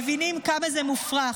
מבינים כמה זה מופרך.